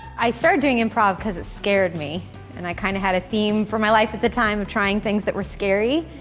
i started doing improv because it scared me and i kind of had a theme for my life at the time of trying things that were scary,